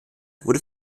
wurde